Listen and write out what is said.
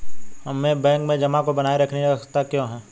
हमें बैंक में जमा को बनाए रखने की आवश्यकता क्यों है?